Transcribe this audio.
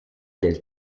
del